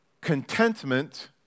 contentment